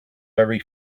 very